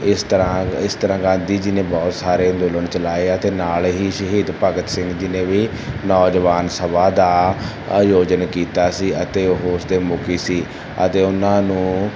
ਇਸ ਤਰ੍ਹਾਂ ਇਸ ਤਰ੍ਹਾਂ ਗਾਂਧੀ ਜੀ ਨੇ ਬਹੁਤ ਸਾਰੇ ਅੰਦੋਲਨ ਚਲਾਏ ਆ ਅਤੇ ਨਾਲ ਹੀ ਸ਼ਹੀਦ ਭਗਤ ਸਿੰਘ ਜੀ ਨੇ ਵੀ ਨੌਜਵਾਨ ਸਭਾ ਦਾ ਆਯੋਜਨ ਕੀਤਾ ਸੀ ਅਤੇ ਉਹ ਉਸ ਦੇ ਮੁਖੀ ਸੀ ਅਤੇ ਉਹਨਾਂ ਨੂੰ